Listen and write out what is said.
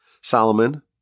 Solomon